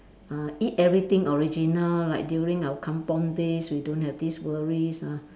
uh eat everything original like during our kampung days we don't have this worries ah